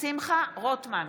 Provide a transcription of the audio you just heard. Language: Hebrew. שמחה רוטמן,